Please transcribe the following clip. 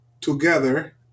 together